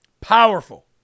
Powerful